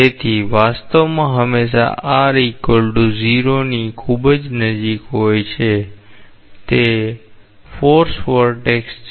તેથી વાસ્તવમાં હંમેશા ની ખૂબ નજીક હોય છે તે ફોર્સ વર્ટેક્ષ છે